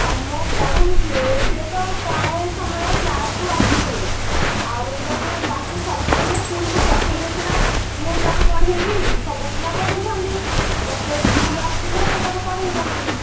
ଆଉ ମୁଁ ପଢ଼ଉଛି ସିଏ ତ ପ୍ରାୟ ସମୟ କ୍ଲାସ୍ କୁ ଆସୁନି ଆଉ ତେଣୁ ତାକୁ ସବୁଦିନ ସ୍କୁଲ୍ କୁ ପଠେଇଲେ ସିନା ମୁଁ ତାକୁ ପଢ଼େଇବି ସବୁ ପିଲା ପଢୁଛନ୍ତି ତ ସେ ସ୍କୁଲ୍ ଆସିଲେ ମୁଁ ତାକୁ ପଢ଼େଇପାରିବି